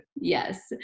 yes